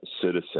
citizen